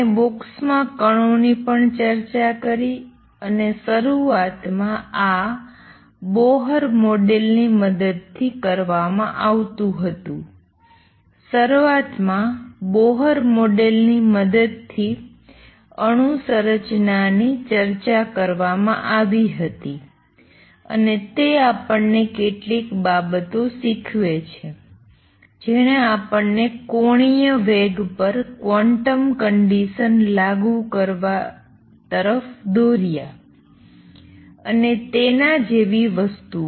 આપણે બોક્સમાં કણોની પણ ચર્ચા કરી અને શરૂઆતમાં આ બોહર મોડેલની મદદથી કરવામાં આવતું હતું શરૂઆતમાં બોહર મોડેલની મદદથી અણુ સંરચના ની ચર્ચા કરવામાં આવી હતી અને તે આપણને કેટલીક બાબતો શીખવે છે જેણે આપણને અંગ્યુલર મોમેંટમ પર ક્વોન્ટમ કંડિસન લાગુ કરવા તરફ દોર્યા અને તેના જેવી વસ્તુઓ